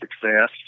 success